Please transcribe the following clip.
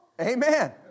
Amen